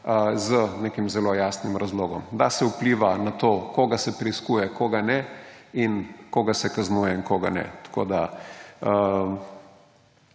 z nekim zelo jasnim razlogom, da se vpliva na to, koga se preiskuje, koga ne, in koga se kaznuje in koga ne. Zastarale